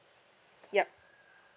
yup